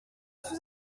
sous